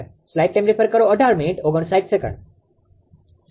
એ જ રીતે 𝑉3𝑉2 − 𝐼2𝑍2 હશે